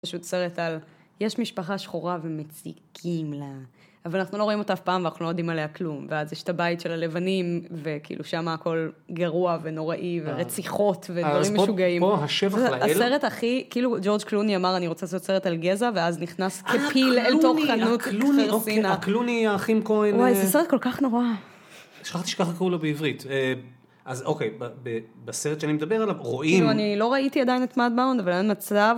פשוט סרט על יש משפחה שחורה ומציקים לה, אבל אנחנו לא רואים אותה אף פעם ואנחנו לא יודעים עליה כלום. ואז יש את הבית של הלבנים וכאילו שם הכל גרוע ונוראי ורציחות ודברים משוגעים. אז פה, השבח להלו. הסרט הכי, כאילו ג'ורג' קלוני אמר אני רוצה לעשות סרט על גזע ואז נכנס כפיל אל תוך חנות חרסינה. הקלוני, האחים כהן. וואי, זה סרט כל כך נורא. שכחתי שככה קראו לו בעברית. אז אוקיי, בסרט שאני מדבר עליו, רואים... כאילו, אני לא ראיתי עוד את (שם הסרט), מה עם הצלב